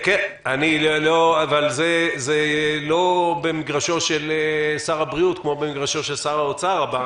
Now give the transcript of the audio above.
זה לא במגרשו של שר הבריאות כמו במגרשו של שר האוצר הבא,